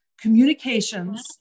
communications